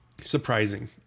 surprising